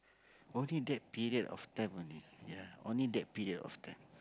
only that period of time only ya only that period of time